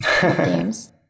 Games